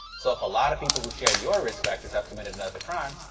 so if a lot of people who share your risk factors have committed another crime,